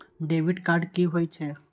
Debit card की होय छे?